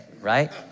right